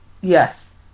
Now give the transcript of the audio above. yes